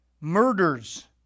Murders